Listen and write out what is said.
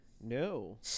No